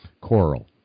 Coral